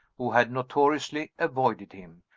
who had notoriously avoided him,